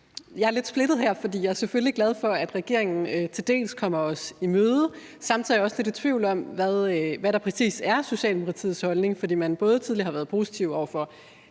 Jeg er lidt splittet her, for jeg er selvfølgelig glad for, at regeringen til dels kommer os i møde, og samtidig er jeg også lidt i tvivl om, hvad der præcis er Socialdemokratiets holdning. For man har tidligere været positiv over for